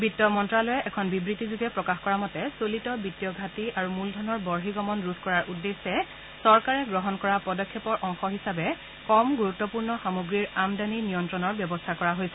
বিত্ত মন্ত্যালয়ে এখন বিবৃতিযোগে প্ৰকাশ কৰা মতে চলিত বিতীয় ঘাটী আৰু মূলধনৰ বৰ্হিঃগমন ৰোধ কৰাৰ উদ্দেশ্যে চৰকাৰে গ্ৰহণ কৰা পদক্ষেপৰ অংশ হিচাপে কম ণ্ণৰত্বপূৰ্ণ সামগ্ৰীৰ আমদানী নিয়ন্ত্ৰণৰ ব্যৱস্থা কৰা হৈছে